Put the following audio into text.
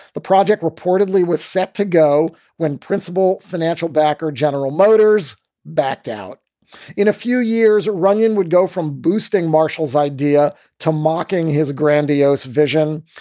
the project reportedly was set to go when principal financial backer general motors backed out in a few years. runyan would go from boosting marshall's idea to mocking his grandiose vision.